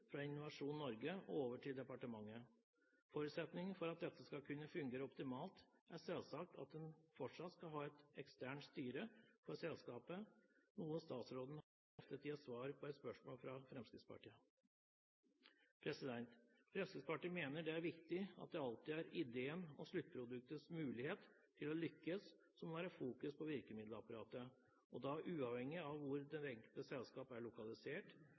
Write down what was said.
fra Innovasjon Norge til departementet. Forutsetningen for at dette skal kunne fungere optimalt, er selvsagt at en fortsatt skal ha et eksternt styre for selskapet, noe statsråden har bekreftet i et svar på et spørsmål fra Fremskrittspartiet. Fremskrittspartiet mener det er viktig at det alltid er ideen og sluttproduktets mulighet til å lykkes som må være fokus på virkemiddelapparatet, og da uavhengig av hvor det enkelte selskap er lokalisert,